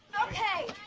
ok,